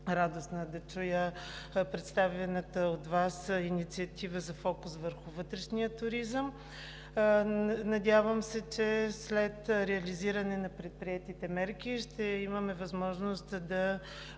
радостна да чуя представената от Вас инициатива за фокус върху вътрешния туризъм. Надявам се, че след реализиране на предприетите мерки, ще имаме възможност да